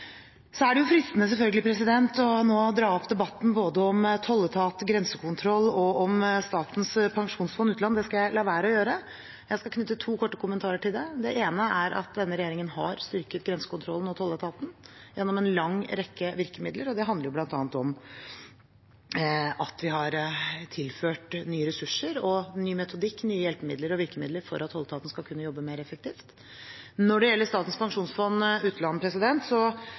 Så er det selvfølgelig fristende nå å dra opp debatten om både tolletat, grensekontroll og Statens pensjonsfond utland, det skal jeg la være å gjøre. Jeg skal knytte to korte kommentarer til det. Det ene er at denne regjeringen har styrket grensekontrollen og tolletaten gjennom en lang rekke virkemidler. Det handler bl.a. om at vi har tilført nye ressurser, ny metodikk og nye hjelpemidler og virkemidler for at tolletaten skal kunne jobbe mer effektivt. Når det gjelder Statens pensjonsfond utland,